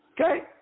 Okay